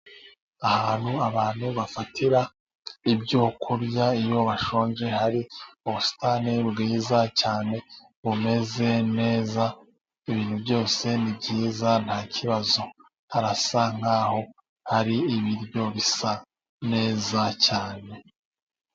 Ahantu abantu bafatira ibyo kurya iyo bashonje, hari ubusitani bwiza cyane bumeze neza, ibintu byose ni byiza nta kibazo harasa nk'aho hari ibiryo bisa neza cyane.